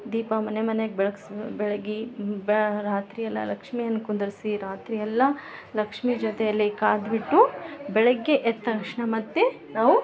ದೀಪ ಮನೆ ಮನೆಗ ಬೆಳ್ಗ್ಸ್ ಬೆಳಗಿ ಬಾ ರಾತ್ರಿಯೆಲ್ಲ ಲಕ್ಷ್ಮಿಯನ್ನ ಕುಂದರ್ಸಿ ರಾತ್ರಿಯೆಲ್ಲ ಲಕ್ಷ್ಮಿ ಜೊತೆಯಲ್ಲಿ ಕಳ್ದ ಬಿಟ್ಟು ಬೆಳ್ಗೆ ಎದ್ದ ತಕ್ಷಣ ಮತ್ತೆ ನಾವು